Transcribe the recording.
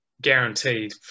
guaranteed